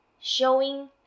showing